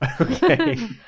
okay